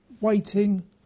waiting